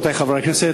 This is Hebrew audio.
רבותי חברי הכנסת,